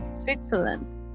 Switzerland